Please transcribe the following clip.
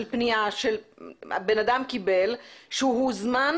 של פנייה שבן אדם קיבל שהוא הוזמן,